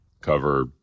cover